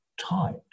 tight